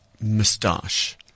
moustache